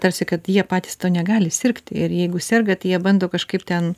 tarsi kad jie patys tuo negali sirgt ir jeigu serga tai jie bando kažkaip ten